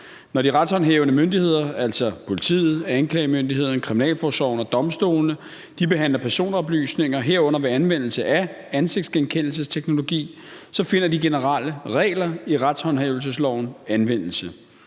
og domstolene, behandler personoplysninger, herunder ved anvendelse af ansigtsgenkendelsesteknologi, så finder de generelle regler i retshåndhævelsesloven anvendelse.